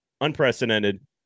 Unprecedented